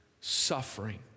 suffering